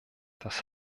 das